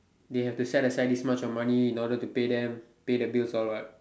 they have to set aside this much of money in order to pay them pay the bills all what